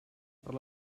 per